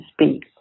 speak